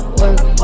work